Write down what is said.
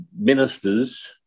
ministers